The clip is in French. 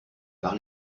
par